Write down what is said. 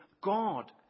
God